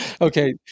Okay